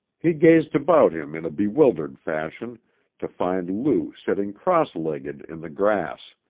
he gazed about him in a bewildered fashion to find lou sitting cross-legged in the grass,